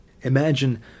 Imagine